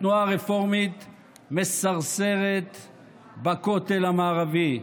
התנועה הרפורמית מסרסרת בכותל המערבי,